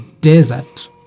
desert